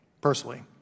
personally